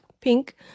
pink